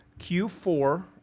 Q4 –